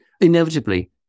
inevitably